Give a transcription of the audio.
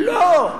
לא.